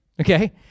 okay